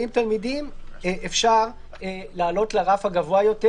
תלמידים אפשר לעלות לרף הגבוה יותר,